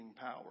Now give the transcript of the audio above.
power